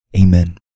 Amen